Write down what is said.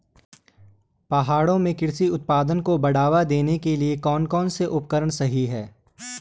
पहाड़ों में कृषि उत्पादन को बढ़ावा देने के लिए कौन कौन से उपकरण सही हैं?